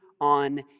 on